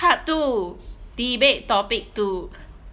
part two debate topic two